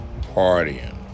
partying